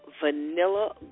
vanilla